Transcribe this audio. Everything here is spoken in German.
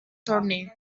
tournee